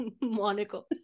Monaco